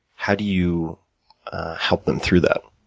how do you help them through that,